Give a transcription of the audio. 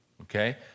Okay